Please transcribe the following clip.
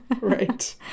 Right